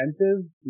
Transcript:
expensive